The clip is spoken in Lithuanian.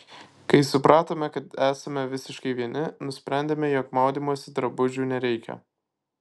kai supratome kad esame visiškai vieni nusprendėme jog maudymosi drabužių nereikia